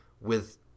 with—